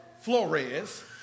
Flores